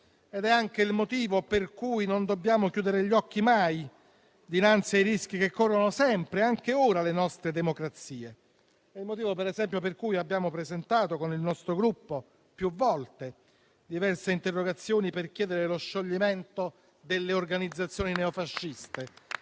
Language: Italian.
ed è anche il motivo per cui non dobbiamo chiudere gli occhi mai dinanzi ai rischi che corrono sempre, anche ora, le nostre democrazie. È il motivo per cui il mio Gruppo ha presentato più volte diverse interrogazioni per chiedere lo scioglimento delle organizzazioni neofasciste